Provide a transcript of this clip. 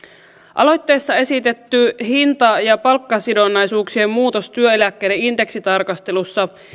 aloitteessa esitetty hinta ja palkkasidonnaisuuksien muutos työeläkkeiden indeksitarkastelussa